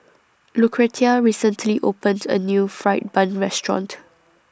Lucretia recently opened A New Fried Bun Restaurant